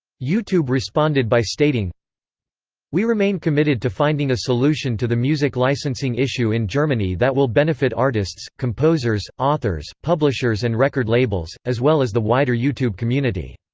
youtube responded by stating we remain committed to finding a solution to the music licensing issue in germany that will benefit artists, composers, authors, publishers and record labels, as well as the wider youtube community.